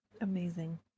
amazing